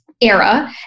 era